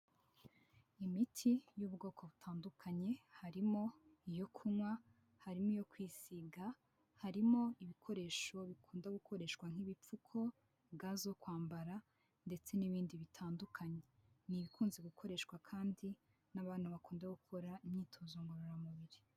Imiti y'ubwoko butandukanye harimo iyo kunywa, harimo iyo kwisiga, harimo ibikoresho bikunda, gukoreshwa nk'ibipfuko, ga zo kwambara ndetse n'ibindi bitandukanye, ni ibikunze gukoreshwa kandi n'abantu bakunda gukora imyitozongororamubiri.